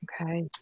okay